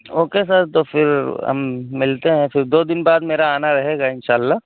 okay sir تو پھر ہم ملتے ہیں پھر دو دن بعد میرا آنا رہے گا انشآء اللہ